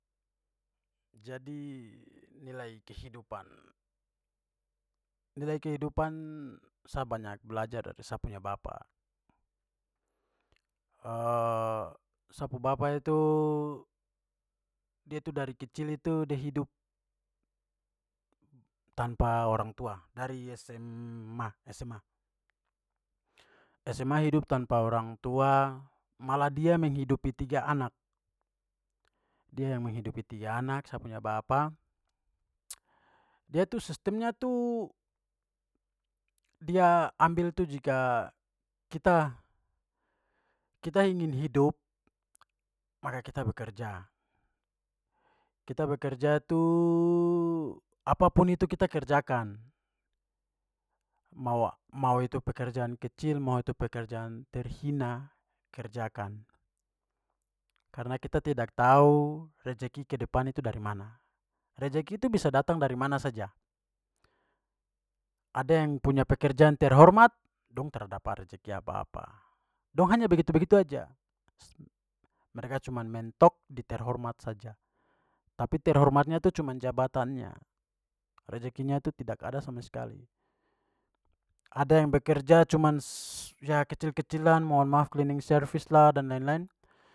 Jadi, nilai kehidupan. Nilai kehidupan, sa banyak belajar dari sa punya bapak. sa pu bapa itu dia itu dari kecil itu dia hidup tanpa orang tua dari sma- sma. Sma hidup tanpa orang tua, malah dia menghidupi tiga anak- dia yang menghidupi tiga anak, sa punya bapa. Dia tu sistemnya tu dia ambil tu jika kita- kita ingin hidup maka kita bekerja. Kita bekerja tuh apapun itu kita kerjakan. Mau itu pekerjaan kecil, mau itu pekerjaan terhina, kerjakan. Karena kita tidak tahu rejeki kedepan itu dari mana. Rejeki itu bisa datang dari mana saja. Ada yang punya pekerjaan terhormat, dong tra dapat rejeki apa-apa. Dong hanya begitu-begitu saja. Mereka cuma mentok di terhormat saja, tapi terhormatnya tu cuma jabatannya, rejekinya tu tidak ada sama sekali. Ada yang bekerja cuma ya kecil-kecilan, mohon maaf cleaning service lah dan lain-lain.